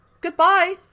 Goodbye